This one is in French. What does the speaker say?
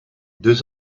deux